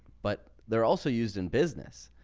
but they're also used in business.